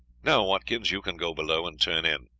now, watkins, you can go below and turn in.